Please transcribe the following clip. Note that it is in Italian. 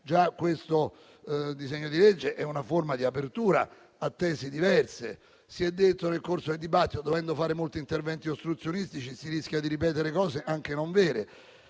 già questo disegno di legge rappresenta una forma di apertura a tesi diverse. Nel corso del dibattito, dovendo fare molti interventi ostruzionistici, si rischia di ripetere anche cose non vere: